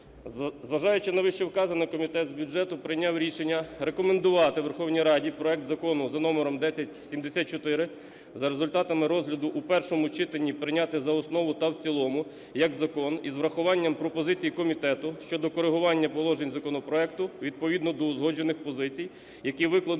Зважаючи на вищевказане, Комітет з бюджету прийняв рішення рекомендувати Верховній Раді проект Закону за номером 1074 за результатами розгляду у першому читанні прийняти за основу та в цілому як закон із врахуванням пропозицій комітету щодо корегування положень законопроекту відповідно до узгоджених позицій, які викладено